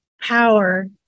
power